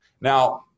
Now